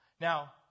Now